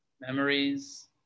memories